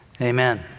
Amen